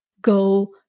go